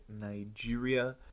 Nigeria